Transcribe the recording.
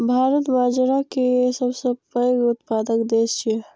भारत बाजारा के सबसं पैघ उत्पादक देश छियै